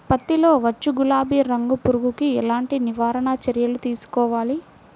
పత్తిలో వచ్చు గులాబీ రంగు పురుగుకి ఎలాంటి నివారణ చర్యలు తీసుకోవాలి?